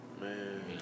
Man